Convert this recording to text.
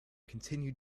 continue